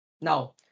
now